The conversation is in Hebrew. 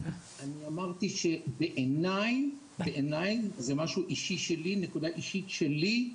אני אמרתי שבעיניי, זו נקודה אישית שלי,